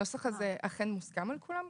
הנוסח הזה אכן מוסכם על כולם?